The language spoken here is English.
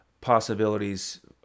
possibilities